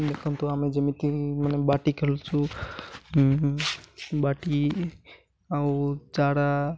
ଦେଖନ୍ତୁ ଆମେ ଯେମିତି ମାନେ ବାଟି ଖେଳୁଛୁ ବାଟି ଆଉ ଚାରା